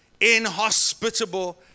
inhospitable